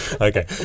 Okay